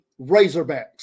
Razorbacks